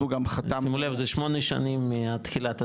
גם חתמנו --- שימו לב זה שמונה שנים מתחילת הדרך,